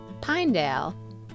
Pinedale